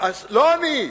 לא אני,